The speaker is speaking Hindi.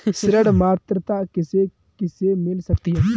ऋण पात्रता किसे किसे मिल सकती है?